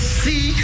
see